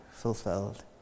fulfilled